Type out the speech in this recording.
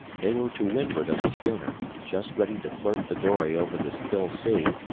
they were to windward of the schooner, just ready to flirt the dory over the still sea,